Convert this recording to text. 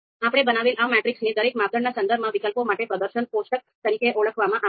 આપણે બનાવેલ આ મેટ્રિક્સને દરેક માપદંડના સંદર્ભમાં વિકલ્પો માટે પ્રદર્શન કોષ્ટક તરીકે ઓળખવામાં આવે છે